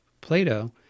Plato